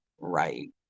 right